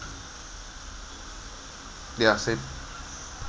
ya saved